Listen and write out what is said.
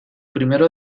primero